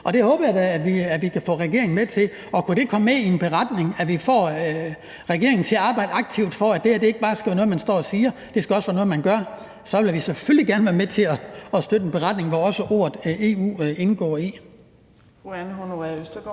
det håber jeg da at vi kan få regeringen med til. Kunne det komme med i en beretning, at vi får regeringen til at arbejde aktivt for, at det her ikke bare skal være noget, man står og siger, men også noget, man gør, så vil vi selvfølgelig gerne være med til at støtte en beretning, hvor også ordet EU indgår.